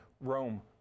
Rome